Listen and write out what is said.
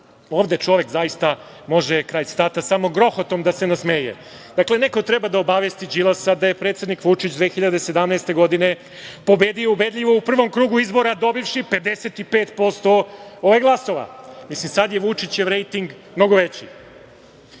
Ovde čovek zaista može samo grohotom da se nasmeje. Dakle, neko treba da obavesti Đilasa da je predsednik Vučić 2017. godine pobedio ubedljivo u prvom krugu izbora dobivši 55% glasova. Sada je Vučićev rejting mnogo veći.